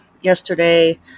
yesterday